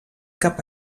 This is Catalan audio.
cap